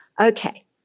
Okay